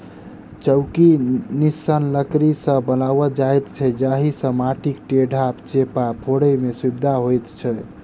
चौकी निस्सन लकड़ी सॅ बनाओल जाइत छै जाहि सॅ माटिक ढेपा चेपा फोड़य मे सुविधा होइत छै